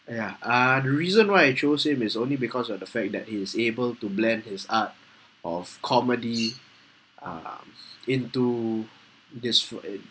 ya uh the reason why I chose him is only because of the fact that he is able to blend his art of comedy uh into this for it